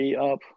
up